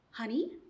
Honey